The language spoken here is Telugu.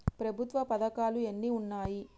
ప్రభుత్వ పథకాలు ఎన్ని ఉన్నాయి?